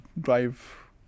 drive